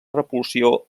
repulsió